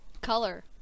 color